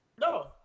No